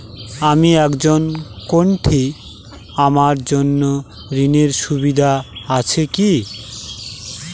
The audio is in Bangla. আমি একজন কট্টি আমার জন্য ঋণের সুবিধা আছে কি?